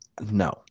No